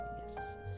yes